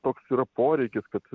toks yra poreikis kad